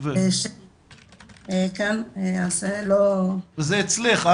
וזה אצלך?